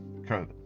COVID